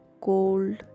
cold